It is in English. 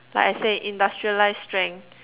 like I say industrialised strength